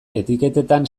etiketetan